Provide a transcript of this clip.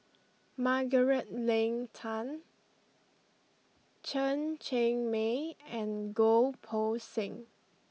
Margaret Leng Tan Chen Cheng Mei and Goh Poh Seng